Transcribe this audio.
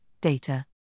data